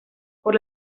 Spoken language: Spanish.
por